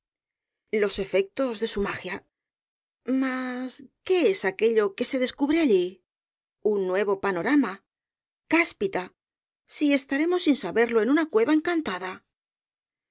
los efectos de su magia mas qué es aquello que se descubre allí un nuevo panorama cáspita si estaremos sin saberlo en una cueva encantada